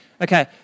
Okay